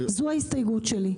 זו ההסתייגות שלי.